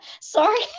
Sorry